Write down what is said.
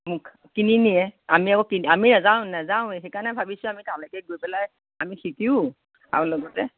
মুখা কিনি নিয়ে আমি আকৌ কি আমি নাযাওৱে নাযাওৱে সেইকাৰণে ভাবিছোঁ আমি তালৈকে গৈ পেলাই আমি শিকোঁ আৰু লগতে